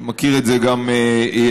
ומכיר את זה גם ידידנו,